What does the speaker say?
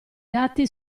dati